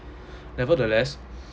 nevertheless